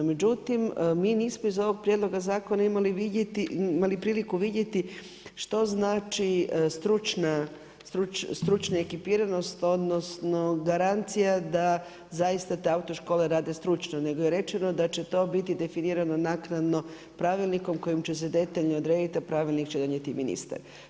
Međutim, mi nismo iz ovog prijedloga zakona imali priliku vidjeti što znači stručna ekipiranost, odnosno garancija da zaista te autoškole rade stručno, nego je rečeno da će to biti definirano naknadno pravilnikom kojim će se detaljno odrediti, a Pravilnik će donijeti ministar.